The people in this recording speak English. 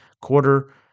quarter